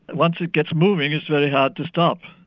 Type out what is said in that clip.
and once it gets moving it's very hard to stop.